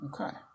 Okay